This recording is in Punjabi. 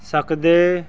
ਸਕਦੇ